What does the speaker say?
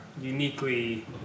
uniquely